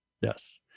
Yes